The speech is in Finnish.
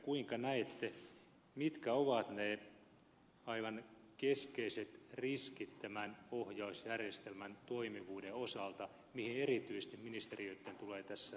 kuinka näette mitkä ovat ne aivan keskeiset riskit tämän ohjausjärjestelmän toimivuuden osalta mihin erityisesti ministeriöitten tulee tässä jatkossa panostaa